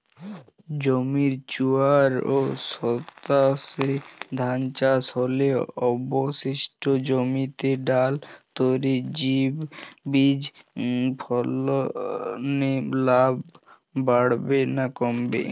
জমির চুয়াত্তর শতাংশে ধান চাষ হলে অবশিষ্ট জমিতে ডাল তৈল বীজ ফলনে লাভ বাড়বে না কমবে?